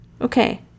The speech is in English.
okay